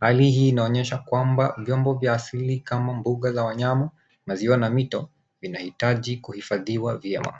Hali hii inaonyesha kwamba vyombo vya asili kama mbuga za wanyama, maziwa na mito inahitaji kuhifadhiwa vyema.